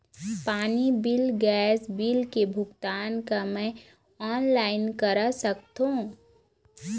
पानी bill gas bill के भुगतान का मैं ऑनलाइन करा सकथों?